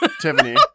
Tiffany